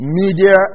media